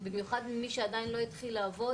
במיוחד למי שעדיין לא התחיל לעבוד,